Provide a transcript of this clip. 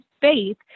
faith